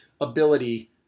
ability